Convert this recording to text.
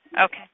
okay